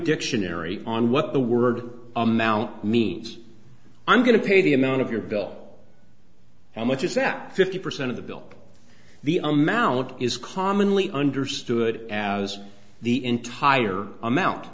dictionary on what the word amount means i'm going to pay the amount of your bill how much is that fifty percent of the bill the amount is commonly understood as the entire amount